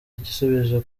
igisubizo